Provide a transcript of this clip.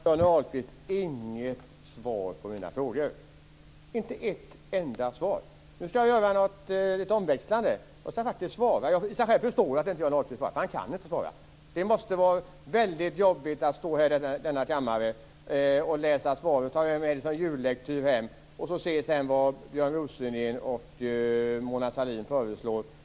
Herr talman! Jag noterade att Johnny Ahlqvist inte hade något svar på mina frågor, inte ett enda svar. Nu skall jag göra något omväxlande. Jag skall faktiskt svara själv. I och för sig förstår jag att Johnny Ahlqvist inte svarade, för han kan inte svara. Det måste vara mycket jobbigt att stå i denna kammare och läsa svar, ta med dem som jullektyr hem och sedan se vad Björn Rosengren och Mona Sahlin föreslår.